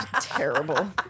Terrible